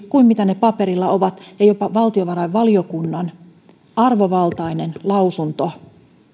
kuin mitä ne paperilla ovat ja jopa valtiovarainvaliokunnan arvovaltainen lausunto